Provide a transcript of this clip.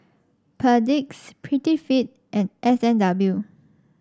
Perdix Prettyfit and S and W